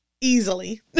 easily